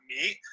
meet